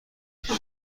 پیتر